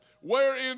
wherein